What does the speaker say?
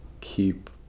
keep